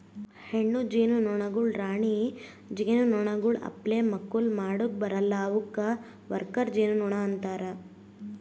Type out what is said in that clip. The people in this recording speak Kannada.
ಹೆಣ್ಣು ಜೇನುನೊಣಗೊಳ್ ರಾಣಿ ಜೇನುನೊಣಗೊಳ್ ಅಪ್ಲೆ ಮಕ್ಕುಲ್ ಮಾಡುಕ್ ಬರಲ್ಲಾ ಅವುಕ್ ವರ್ಕರ್ ಜೇನುನೊಣ ಅಂತಾರ